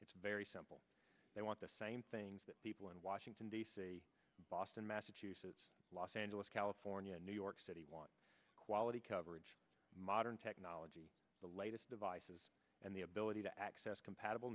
it's very simple they want the same things that people in washington d c boston massachusetts los angeles california new york city want quality coverage modern technology the latest devices and the ability to access compatible